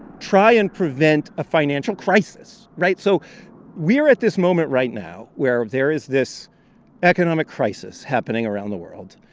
try and prevent a financial crisis, right? so we're at this moment right now where there is this economic crisis happening around the world.